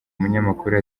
umunyamakuru